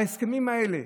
ההסכמים האלה,